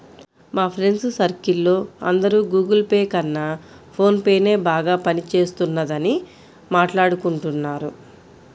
మా friends circle లో అందరూ గుగుల్ పే కన్నా ఫోన్ పేనే బాగా పని చేస్తున్నదని మాట్టాడుకుంటున్నారు